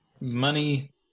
money